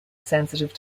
sensitive